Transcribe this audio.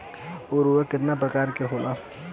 उर्वरक केतना प्रकार के होला?